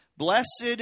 Blessed